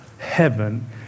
heaven